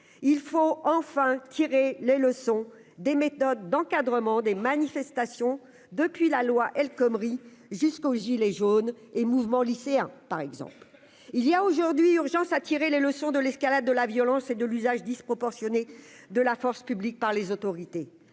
il faut enfin tirer les leçons des méthodes d'encadrement des manifestations depuis la loi El Khomri jusqu'au gilet jaune et mouvements lycéens, par exemple, il y a aujourd'hui urgence à tirer les leçons de l'escalade de la violence et de l'usage disproportionné de la force publique par les autorités,